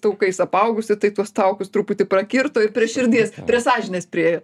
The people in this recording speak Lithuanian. taukais apaugusi tai tuos taukus truputį prakirto ir prie širdies prie sąžinės priėjo